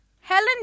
Helen